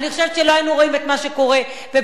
אני חושבת שלא היינו רואים את מה שקורה בבית-שמש.